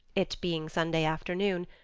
it being sunday afternoon,